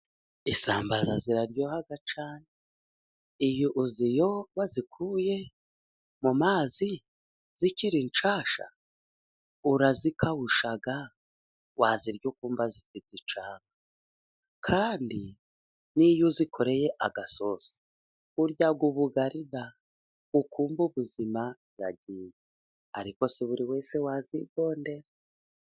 Isambaza ziraryoha cyane, uziyo bazikuye mu mazi zikiri nshasha, urazikawusha wazirya umva zifite icyanga kandi niyo uzikoreye agasosi urya ubugari da, ukumva ubuzima buragiye, ariko siburiwese wazigondera.